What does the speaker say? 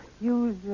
use